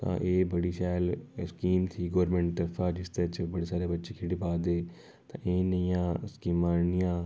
तां एह् बडी शैल स्कीम थी गौरमैंट तरफा इस बिच्च बड़े सारे बच्चे खेढी पा'रदे ते एह् नेहियां स्किमां आनियां